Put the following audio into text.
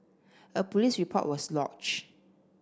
a police report was lodged